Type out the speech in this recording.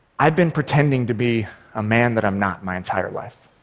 i've been pretending to be a man that i'm not my entire life.